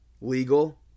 Legal